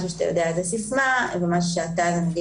משהו שאתה יודע את הסיסמה ומשהו נגיד,